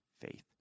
faith